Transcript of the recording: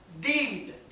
deed